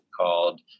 called